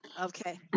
Okay